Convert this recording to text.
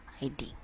ID